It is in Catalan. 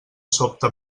sobte